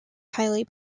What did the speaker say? highly